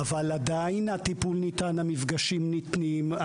אבל עדיין הטיפול ניתן, המפגשים ניתנים.